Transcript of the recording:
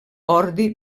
ordi